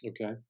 Okay